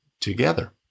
together